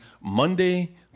Monday